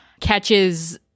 catches